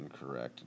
incorrect